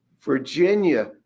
Virginia